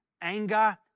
anger